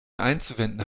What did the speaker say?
einzuwenden